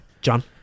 John